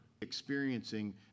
experiencing